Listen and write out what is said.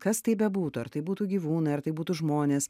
kas tai bebūtų ar tai būtų gyvūnui ar tai būtų žmonės